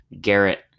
Garrett